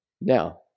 Now